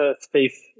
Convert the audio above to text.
space